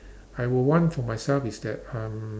I will want for myself is that um